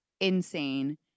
insane